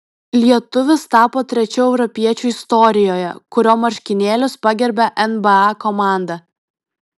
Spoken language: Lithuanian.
lietuvis tapo trečiu europiečiu istorijoje kurio marškinėlius pagerbė nba komanda